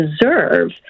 deserve